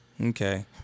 Okay